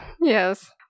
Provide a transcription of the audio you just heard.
Yes